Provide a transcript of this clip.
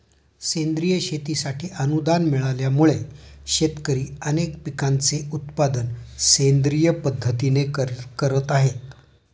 सेंद्रिय शेतीसाठी अनुदान मिळाल्यामुळे, शेतकरी अनेक पिकांचे उत्पादन सेंद्रिय पद्धतीने करत आहेत